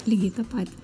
lygiai tą patį